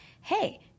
hey